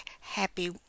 happy